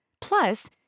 Plus